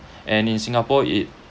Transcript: and in singapore it